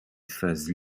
phases